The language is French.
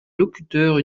locuteurs